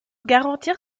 garantir